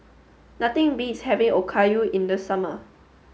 nothing beats having Okayu in the summer